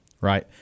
Right